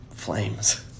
Flames